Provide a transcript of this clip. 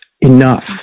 enough